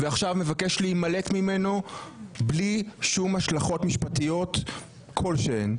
ועכשיו מבקש להימלט ממנו בלי השלכות משפטיות כלשהן.